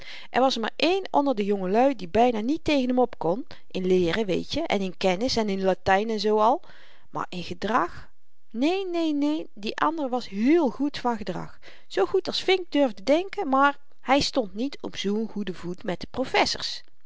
er was er maar één onder de jongelui die byna tegen hem op kon in leeren weetje en in kennis en in latyn en zoo al maar in gedrag neen neen neen die ander was heel goed van gedrag zoo goed als vink durfde denken maar hy stond niet op zoo'n goeden voet met de